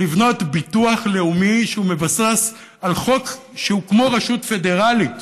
לבנות ביטוח לאומי שמבוסס על חוק שהוא כמו רשות פדרלית,